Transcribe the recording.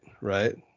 right